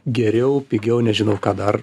geriau pigiau nežinau ką dar